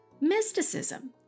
mysticism